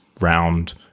round